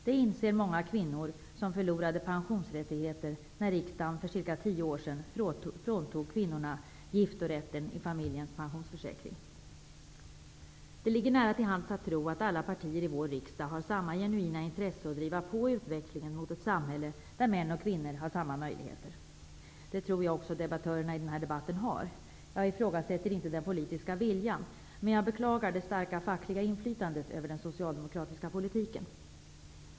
Det inser många kvinnor som förlorade pensionsrättigheter när riksdagen för cirka tio år sedan fråntog kvinnan giftorätten i familjens pensionsförsäkring. Det ligger nära till hands att tro att alla partier i vår riksdag har samma genuina intresse av att driva på utvecklingen mot ett samhälle där män och kvinnor har samma möjligheter. Det tror jag också att debattörerna i denna debatt har. Jag ifrågasätter inte den politiska viljan, men jag beklagar det starka fackliga inflytandet över den socialdemokratiska politiken.